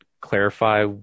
clarify